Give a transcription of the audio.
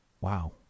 Wow